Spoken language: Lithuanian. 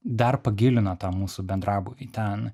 dar pagilino tą mūsų bendrabūvį ten